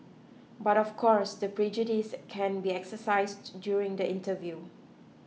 but of course the prejudice can be exercised during the interview